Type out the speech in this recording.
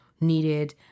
needed